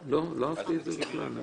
אני לא אהבתי את זה מהתחלה אבל